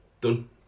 Done